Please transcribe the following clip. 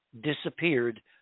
disappeared